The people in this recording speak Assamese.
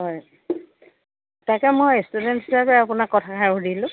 হয় তাকে মই ইষ্টুডেণ্টছ হিচাপে আপোনাক কথাষাৰ সুধিলোঁ